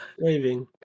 waving